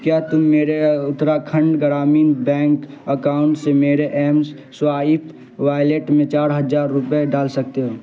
کیا تم میرے اتراکھنڈ گرامین بینک اکاؤنٹ سے میرے ایم سوائیپ والیٹ میں چار ہزار روپے ڈال سکتے ہو